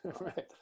right